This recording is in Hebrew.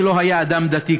שלא היה אדם דתי,